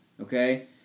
Okay